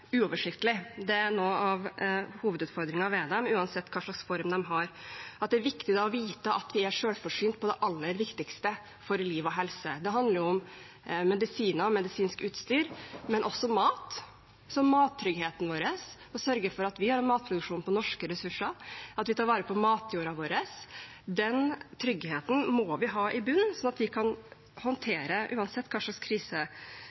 uoversiktlig. Det er noe av hovedutfordringene ved kriser uansett hva slags form de har, og at det er viktig å vite at vi er selvforsynt på det aller viktigste for liv og helse. Det handler om medisiner og medisinsk utstyr, men også om mat, som mattryggheten vår. Å sørge for at vi har en matproduksjon på norske ressurser, at vi tar vare på matjorda vår – den tryggheten må vi ha i bunnen, slik at vi kan håndtere situasjonen uansett hva slags krise